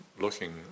looking